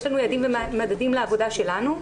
יש לנו יעדים ומדדים לעבודה שלנו.